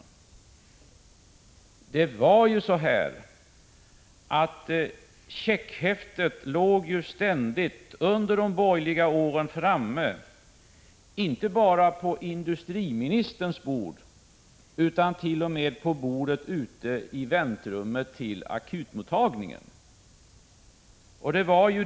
Under de borgerliga åren låg ju checkhäftet ständigt framme inte bara på industriministerns bord utan t.o.m. även på bordet ute i väntrummet till akutmottagningen.